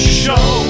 show